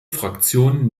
fraktion